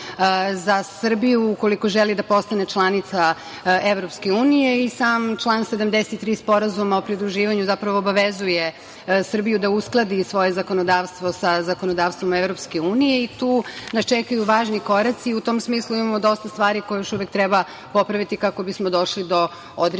za Srbiju ukoliko želi da postane članica EU. Sam član 73. Sporazuma o pridruživanju zapravo obavezuje Srbiju da uskladi svoje zakonodavstvo sa zakonodavstvom EU. Tu nas čekaju važni koraci i u tom smislu imamo dosta stvari koje još uvek treba popraviti kako bismo došli do određenog